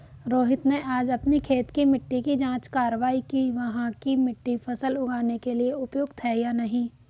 रोहित ने आज अपनी खेत की मिट्टी की जाँच कारवाई कि वहाँ की मिट्टी फसल उगाने के लिए उपयुक्त है या नहीं